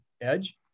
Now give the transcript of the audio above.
edge